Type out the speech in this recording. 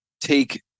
take